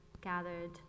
gathered